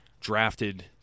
drafted